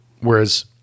Whereas